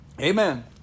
Amen